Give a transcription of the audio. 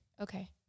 Okay